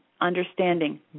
understanding